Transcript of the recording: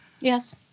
Yes